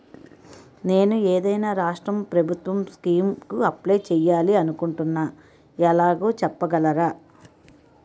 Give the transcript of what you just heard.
నేను ఏదైనా రాష్ట్రం ప్రభుత్వం స్కీం కు అప్లై చేయాలి అనుకుంటున్నా ఎలాగో చెప్పగలరా?